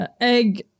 Egg